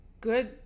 good